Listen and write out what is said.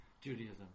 Judaism